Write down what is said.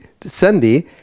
Sunday